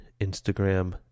Instagram